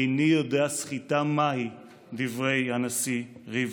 איני יודע סחיטה מהי, דברי הנשיא ריבלין.